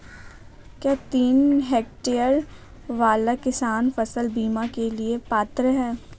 क्या तीन हेक्टेयर वाला किसान फसल बीमा के लिए पात्र हैं?